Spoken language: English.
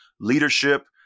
leadership